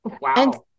Wow